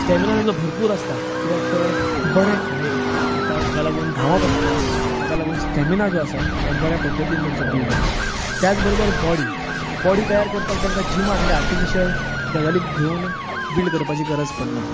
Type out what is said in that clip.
stamina तांचो भरपूर आसता कित्याक तर बरें खाणें खातात हाका लागून धांवाप आसता हाका लागून स्टॅमिना जो आसा हो बऱ्या पद्दतीन तांचो बिल्ड जाता त्याच बरोबर बोडी बोडी तयार करपाक तांकां जिमान या आटिफिशल गजाली घेवन बिल्ड करपाची गरज पडणा